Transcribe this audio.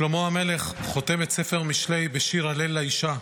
שלמה המלך חותם את ספר משלי בשיר הלל לאישה: